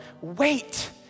Wait